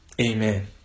Amen